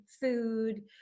food